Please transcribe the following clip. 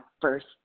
first